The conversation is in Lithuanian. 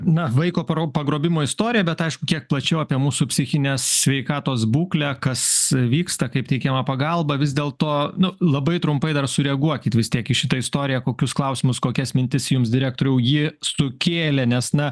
na vaiko pra pagrobimo istoriją bet aišku kiek plačiau apie mūsų psichinės sveikatos būklę kas vyksta kaip teikiama pagalba vis dėlto nu labai trumpai dar sureaguokit vis tiek į šitą istoriją kokius klausimus kokias mintis jums direktoriau ji sukėlė nes na